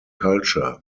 culture